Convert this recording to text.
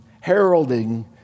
heralding